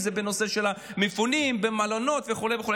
אם זה בנושא של המפונים במלונות וכו' וכו'.